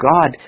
God